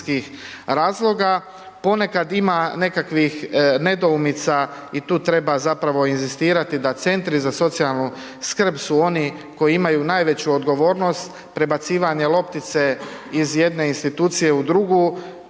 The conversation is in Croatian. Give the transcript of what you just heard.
ponekad ima nekakvih nedoumica i tu treba zapravo inzistirati da Centri za socijalnu skrb su oni koji imaju najveću odgovornost prebacivanje loptice iz jedne institucije u drugu,